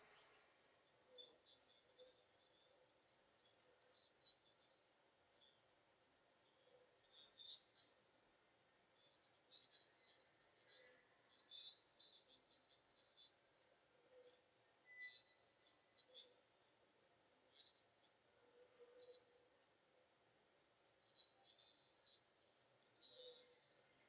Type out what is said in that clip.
here